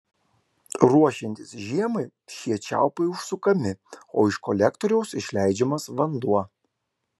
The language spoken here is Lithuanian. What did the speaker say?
ruošiantis žiemai šie čiaupai užsukami o iš kolektoriaus išleidžiamas vanduo